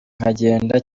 nkagenda